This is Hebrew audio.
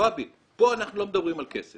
נזפה בי: פה אנחנו לא מדברים על כסף.